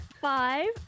Five